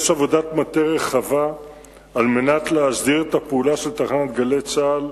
יש עבודת מטה רחבה על מנת להסדיר את הפעולה של "גלי צה"ל"